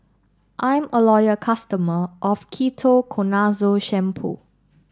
I'm a loyal customer of Ketoconazole Shampoo